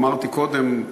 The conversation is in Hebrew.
אמרתי קודם,